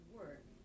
work